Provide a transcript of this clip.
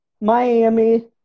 Miami